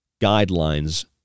guidelines